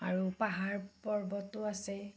আৰু পাহাৰ পৰ্বতো আছে